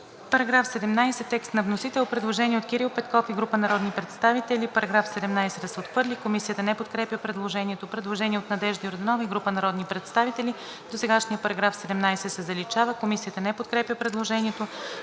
Параграф 17 – текст на вносител. Предложение от Кирил Петков и група народни представители: „§ 17 да се отхвърли.“ Комисията не подкрепя предложението. Предложение от Надежда Йорданова и група народни представители: „Досегашният § 17 се заличава.“ Комисията не подкрепя предложението.